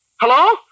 Hello